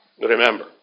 remember